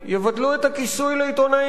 יבטלו את הכיסוי לעיתונאים,